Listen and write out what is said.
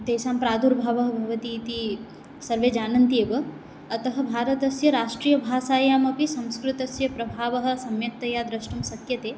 तेषां प्रादुर्भावः भवतीति सर्वे जानन्ति एव अतः भारतस्य राष्ट्रीयभाषायामपि संस्कृतस्य प्रभावः सम्यक्तया द्रष्टुं शक्यते